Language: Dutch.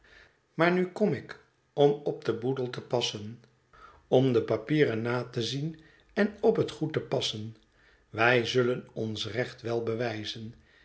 maar nu kom ik om op den boedel te passen om de papieren na te zien en op het goed te passen wij zullen ons recht wel bewijzen